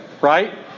right